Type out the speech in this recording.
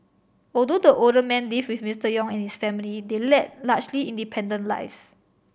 although the older man lived with Mister Yong and his family they led largely independent lives